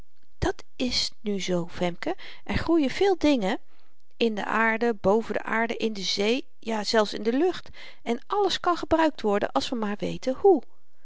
dit is nu z femke er groeien veel dingen in de aarde boven de aarde in de zee jazelfs in de lucht en alles kan gebruikt worden als we maar weten hoe